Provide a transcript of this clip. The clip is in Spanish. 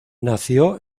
nació